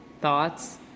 thoughts